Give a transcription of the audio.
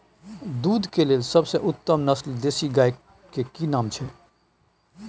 दूध के लेल सबसे उत्तम नस्ल देसी गाय के की नाम छै?